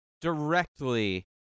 directly